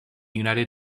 united